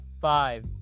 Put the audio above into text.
Five